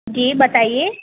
جی بتائیے